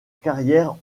carrière